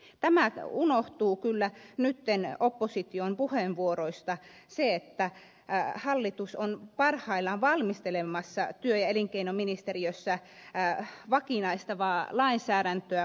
tämä unohtuu kyllä nyt opposition puheenvuoroissa että hallitus on parhaillaan valmistelemassa työ ja elinkeinoministeriössä vakinaistavaa lainsäädäntöä vuorotteluvapaalle